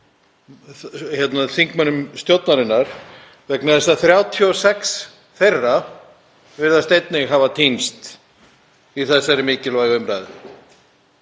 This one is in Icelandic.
þingmönnum stjórnarinnar vegna þess að 36 þeirra virðast einnig hafa týnst í þessari mikilvægu umræðu.